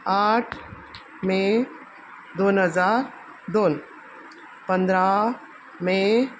आठ मे दोन हजार दोन पंदरा मे